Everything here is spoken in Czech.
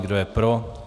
Kdo je pro?